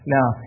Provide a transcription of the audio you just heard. Now